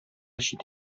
чит